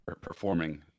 performing